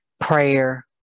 prayer